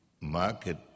market